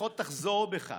לפחות תחזור בך.